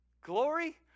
Glory